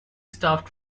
stopped